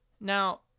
Now